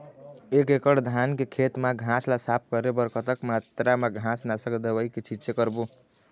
एक एकड़ धान के खेत मा घास ला साफ करे बर कतक मात्रा मा घास नासक दवई के छींचे करबो?